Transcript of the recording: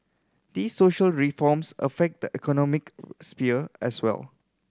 these social reforms affect the economic sphere as well